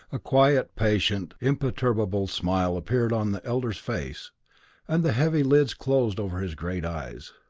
a quiet, patient, imperturbable smile appeared on the elder's face and the heavy lids closed over his great eyes.